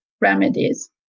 remedies